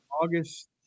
August